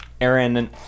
Aaron